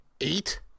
Eight